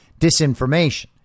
disinformation